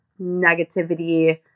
negativity